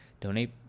donate